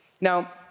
Now